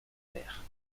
faire